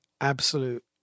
absolute